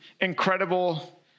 incredible